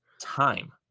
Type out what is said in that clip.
Time